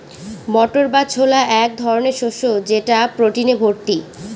মটর বা ছোলা এক ধরনের শস্য যেটা প্রোটিনে ভর্তি